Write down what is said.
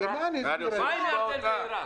בין-לאומית.